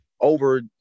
over